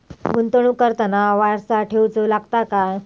गुंतवणूक करताना वारसा ठेवचो लागता काय?